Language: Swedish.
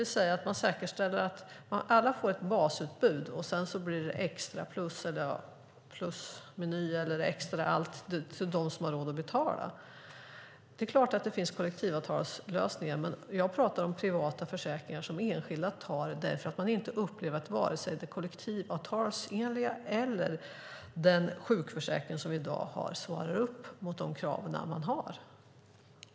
Det innebär att man säkerställer att alla får ett basutbud, och sedan blir det plusmeny eller extra allt till dem som har råd att betala. Det är klart att det finns kollektivavtalslösningar, men jag pratar om privata försäkringar som enskilda tar därför att de inte upplever att det kollektivavtalsenliga eller den sjukförsäkringen som vi har i dag svarar upp mot de krav de har.